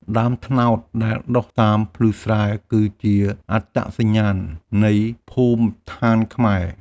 ដើមត្នោតដែលដុះតាមភ្លឺស្រែ គឺជាអត្តសញ្ញាណនៃភូមិឋានខ្មែរ។